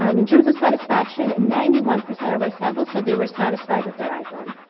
um in terms of satisfaction, ninety one percent of our sample said they were satisfied with their iphone.